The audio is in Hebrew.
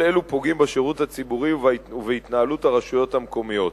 כל אלו פוגעים בשירות הציבורי ובהתנהלות הרשויות המקומיות.